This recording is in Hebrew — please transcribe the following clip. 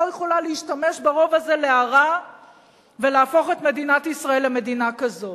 לא יכולה להשתמש ברוב הזה להרע ולהפוך את מדינת ישראל למדינה כזאת.